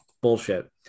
bullshit